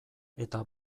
eta